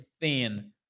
thin